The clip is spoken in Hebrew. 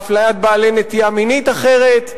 באפליית בעלי נטייה מינית אחרת,